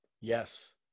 yes